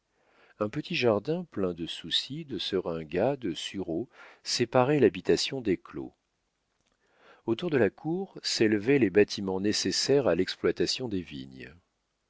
un petit jardin plein de soucis de seringas de sureaux séparait l'habitation des clos autour de la cour s'élevaient les bâtiments nécessaires à l'exploitation des vignes